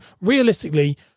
realistically